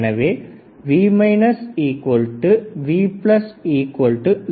எனவே V V 0